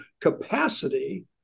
capacity